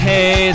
Hey